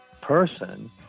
person